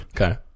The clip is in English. Okay